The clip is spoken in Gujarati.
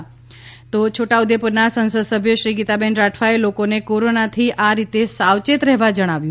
કોરોના બાઇટ છોટાઉદેપુરના સંસદસભ્યશ્રી ગીતાબેન રાઠવાએ લોકોને કોરોનાથી આ રીતે સાવચેત રહેવા જણાવ્યું